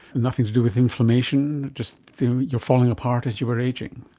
nothing to do with inflammation, just you're falling apart as you were ageing.